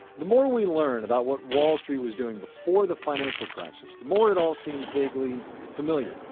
the more we learn about what wall street was doing before the financial crisis, the more it all seems vaguely familiar.